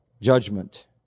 judgment